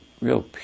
real